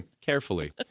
Carefully